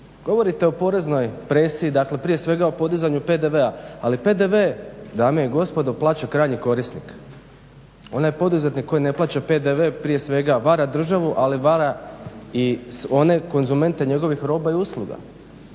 Govorite o poreznoj presiji, dakle prije svega o podizanju PDV-a, ali PDV dame i gospodo plaća krajnji korisnik. Onaj poduzetnik koji ne plaća PDV prije svega vara državu, ali vara i one konzumente njegovih roba i usluga.